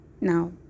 now